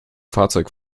fahrzeug